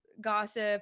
gossip